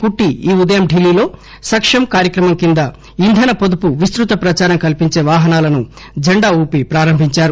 కుట్టి ఈ ఉదయం ఢిల్లీలో సక్షం కార్యక్రమం కింద ఇంధన పొదుపు విస్తృత ప్రదారం కల్పించే వాహనాలను జెండా వూపి ప్రారంభించారు